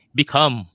become